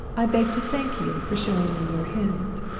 i beg to thank you for showing me your hand